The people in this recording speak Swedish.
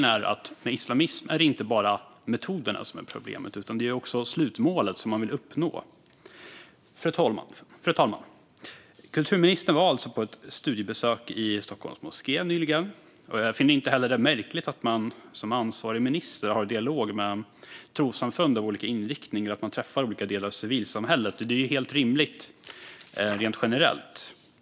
Med islamism är det inte bara metoderna som är problemet, utan det är också slutmålet som man vill uppnå. Fru talman! Kulturministern var nyligen på ett studiebesök i Stockholms moské. Jag finner det heller inte märkligt att man som ansvarig minister har dialog med trossamfund av olika inriktning eller träffar olika delar av civilsamhället. Det är helt rimligt, rent generellt.